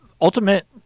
ultimate